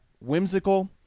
whimsical